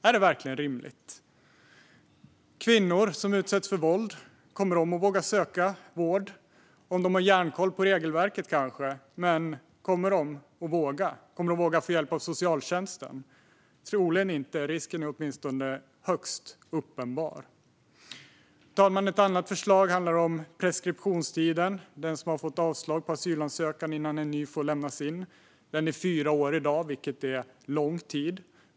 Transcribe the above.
Är det verkligen rimligt? Kommer kvinnor som utsätts för våld att våga söka vård? Kanske om de har järnkoll på regelverket. Men kommer de att våga ta hjälp av socialtjänsten? Troligen inte. Risken är åtminstone högst uppenbar. Fru talman! Ett annat förslag handlar om preskriptionstiden. Tiden innan den som har fått avslag på asylansökan får lämna in en ny är fyra år i dag, vilket är en lång tid.